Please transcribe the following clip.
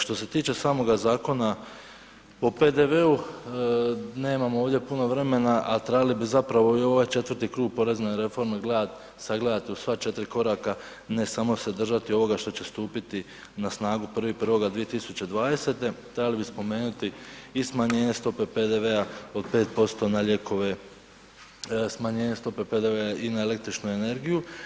Što se tiče samoga Zakona o PDV-u, nemamo ovdje puno vremena, al trebali bi zapravo i ovaj četvrti krug porezne reforme gledat, sagledat u sva 4 koraka, ne samo se držati ovoga što će stupiti na snagu 1.1.2020. trebali bi spomenuti i smanjenje stope PDV-a od 5% na lijekove, smanjenje stope PDV-a i na električnu energiju.